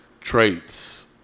traits